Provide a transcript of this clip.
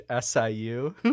SIU